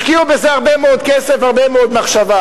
השקיעו בזה הרבה מאוד כסף, הרבה מאוד מחשבה.